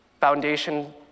foundation